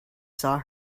saw